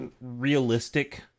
realistic